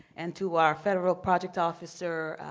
and to our federal project officer,